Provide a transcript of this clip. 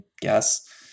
guess